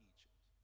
Egypt